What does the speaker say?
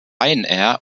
ryanair